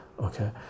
okay